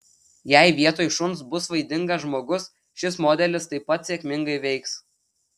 jei vietoj šuns bus vaidingas žmogus šis modelis taip pat sėkmingai veiks